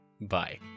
Bye